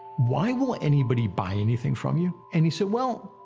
why will anybody buy anything from you? and he said, well,